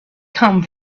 come